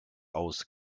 aus